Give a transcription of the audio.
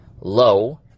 low